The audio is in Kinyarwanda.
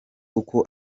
uko